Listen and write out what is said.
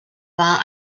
war